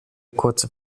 kurze